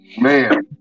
Man